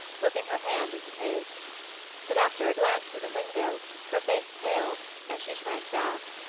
slipping her hand into his but after a glance through the window her face paled and she shrank back.